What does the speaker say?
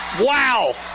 Wow